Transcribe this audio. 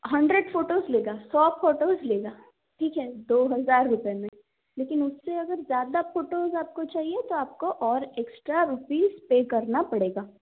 hundred photos लेगा सौ photos लेगा ठीक है दो हजार रुपये में लेकिन उससे अगर ज़्यादा फोटोस आपको चाहिए तो आपको और एक्स्ट्रा रुपीज पेय करना पड़ेगा